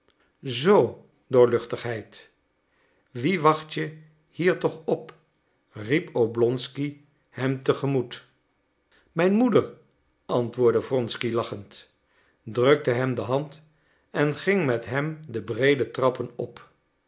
zoo doorluchtigheid wien wacht je hier toch op riep oblonsky hem te gemoet mijn moeder antwoordde wronsky lachend drukte hem de hand en ging met hem de breede trappen op